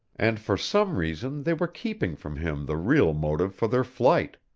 and for some reason they were keeping from him the real motive for their flight.